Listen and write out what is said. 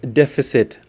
deficit